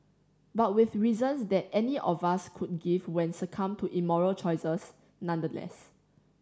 but with reasons that any of us could give when succumbed to immoral choices nonetheless